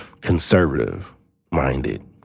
conservative-minded